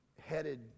headed